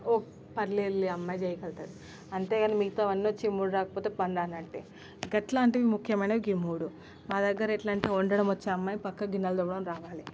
ఓ పర్లేదులే అమ్మాయి చేయగలుగతది అంతేగానీ మిగతావన్నొచ్చి ఈ మూడు రాకపోతే పని రానట్టే గట్లాంటివి ముఖ్యమయినవి ఈ మూడు మా దగ్గర ఎట్లంటే వండడమొచ్చే అమ్మాయి పక్కన గిన్నెలు తోమడం రావాలి